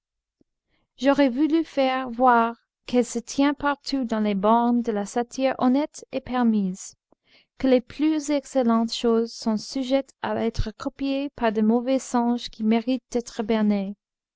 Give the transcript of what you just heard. j'aurais voulu faire voir qu'elle se tient partout dans les bornes de la satire honnête et permise que les plus excellentes choses sont sujettes à être copiées par de mauvais singes qui méritent d'être